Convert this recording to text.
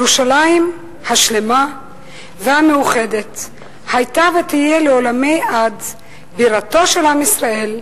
"ירושלים השלמה והמאוחדת היתה ותהיה לעולמי עד בירתו של עם ישראל,